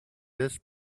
this